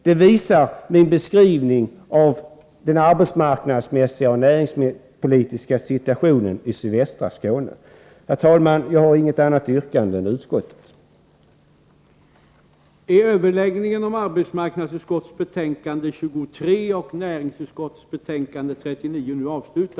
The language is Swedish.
Det visar min beskrivning av den arbetsmarknadsoch näringspolitiska situationen i sydvästra Skåne. Herr talman! Jag har inget annat yrkande än yrkande om bifall till utskottets hemställan.